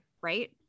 Right